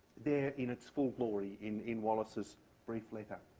there in its full glory in in wallace's brief letter.